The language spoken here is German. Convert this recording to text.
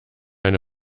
eine